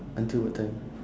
until what time